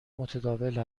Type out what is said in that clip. متداول